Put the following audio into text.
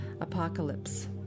Apocalypse